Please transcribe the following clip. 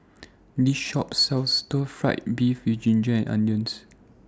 This Shop sells Stir Fried Beef with Ginger Onions